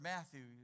Matthew